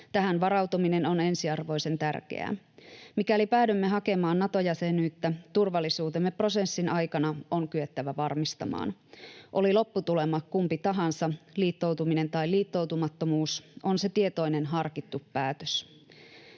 Tähän varautuminen on ensiarvoisen tärkeää. Mikäli päädymme hakemaan Nato-jäsenyyttä, turvallisuutemme prosessin aikana on kyettävä varmistamaan. Oli lopputulema kumpi tahansa, liittoutuminen tai liittoutumattomuus, on se tietoinen, harkittu päätös.